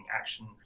action